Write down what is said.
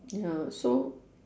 ya so